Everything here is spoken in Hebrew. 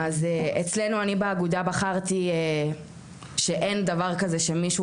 אז אצלנו אני באגודה בחרתי שאין דבר כזה שמישהו